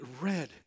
red